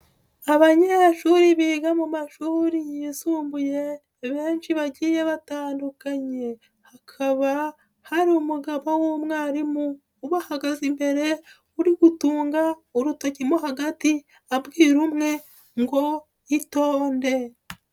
Abanshuri biga mu mashuri yisumbuye benshi bagiye batandukanye, hakaba hari umugabo w'umwarimu ubahagaze imbere uri gutunga urutoki mo hagati, abwira umwe ngo itonde.